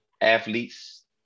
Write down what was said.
athletes